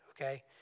okay